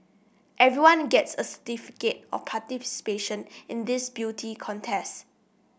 everyone gets a certificate of participation in this beauty contest